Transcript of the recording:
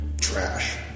trash